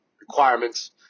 requirements